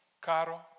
caro